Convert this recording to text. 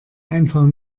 einfach